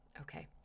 Okay